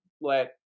let